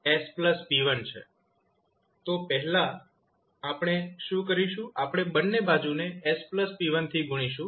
તો આપણે પહેલા શું કરીશું આપણે બંને બાજુને s p1 થી ગુણીશું